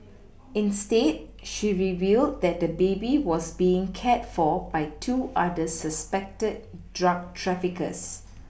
instead she revealed that the baby was being cared for by two other suspected drug traffickers